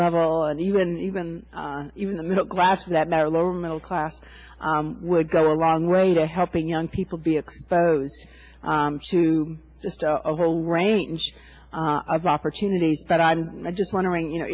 level and even even even the middle class that are lower middle class would go a long way to helping young people be exposed to a little range of opportunities but i'm just wondering you know